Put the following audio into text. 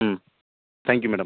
ம் thank you madam